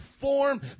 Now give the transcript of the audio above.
form